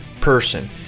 person